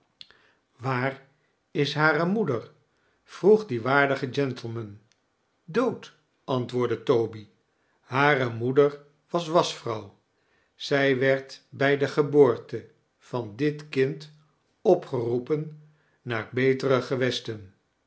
waar is hare moeder vroeg die waardige gentleman dood antwoordde toby hare moeder was waschvrouw zij werd bij de geboorte van dit kind opgeroepen naar betere gewesten